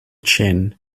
chin